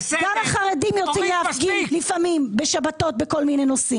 לפעמים גם החרדים יוצאים להפגין בשבתות בכל מיני נושאים.